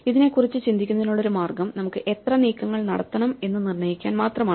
ഇതിനെക്കുറിച്ച് ചിന്തിക്കുന്നതിനുള്ള ഒരു മാർഗം നമുക്ക് എത്ര നീക്കങ്ങൾ നടത്തണം എന്ന് നിർണ്ണയിക്കാൻ മാത്രമാണ്